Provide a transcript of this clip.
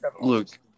look